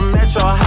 Metro